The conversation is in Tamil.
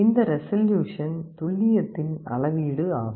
இந்த ரெசல்யூசன் துல்லியத்தின் அளவீடு ஆகும்